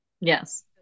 Yes